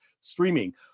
streaming